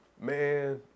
Man